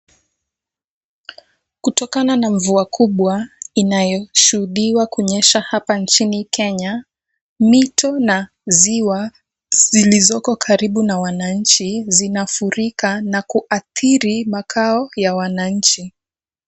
Kutokana na mvua kubwa inayoshuhudiwa kunyesha hapa nchini Kenya, mito na ziwa, zilizoko karibu na wananchi zinafurika na kuathiri makao ya wananchi.